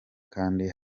kandi